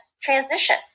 transition